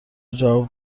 جواب